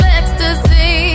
ecstasy